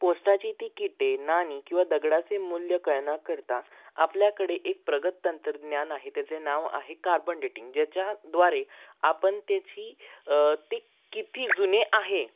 पोस्टाची तीकीटे नाणी किंवा दगडाचे मूल्य कळण्याकरता आपल्याकडे एक प्रगत तंत्रज्ञान आहे त्याचे नाव आहे कार्बन डेटिंग ज्याच्याद्वारे आपण त्याची ते किती जुने आहे